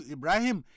Ibrahim